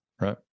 Right